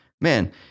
Man